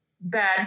bad